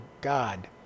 god